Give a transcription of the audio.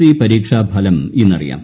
C പരീക്ഷാഫലം ഇന്നറിയാം